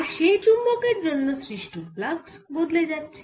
আর সেই চুম্বকের জন্য সৃষ্ট ফ্লাক্স বদলে যাচ্ছে